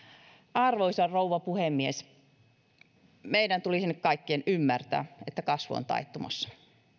arvoisa rouva puhemies meidän tulisi nyt kaikkien ymmärtää että kasvu on taittumassa